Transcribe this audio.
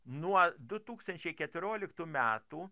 nuo du tūkstančiai keturioliktų metų